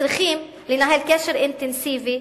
צריכים לנהל קשר אינטנסיבי,